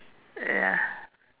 ya